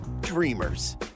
dreamers